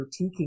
critiquing